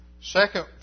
Second